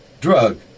Drug